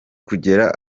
kugera